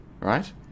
right